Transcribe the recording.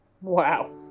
Wow